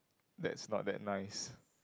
that's not that nice